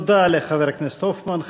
תודה לחבר הכנסת הופמן.